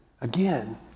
again